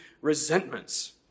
resentments